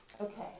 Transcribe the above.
Okay